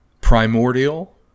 primordial